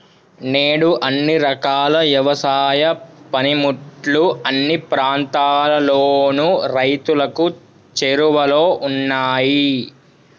నేడు అన్ని రకాల యవసాయ పనిముట్లు అన్ని ప్రాంతాలలోను రైతులకు చేరువలో ఉన్నాయి